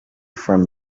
from